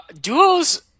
Duos